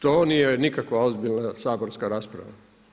To nije nikakva ozbiljna saborska rasprava.